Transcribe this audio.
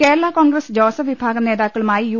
കേരള കോൺഗ്രസ് ജോസഫ് വിഭാഗം നേതാക്കളുമായി യു